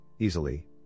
easily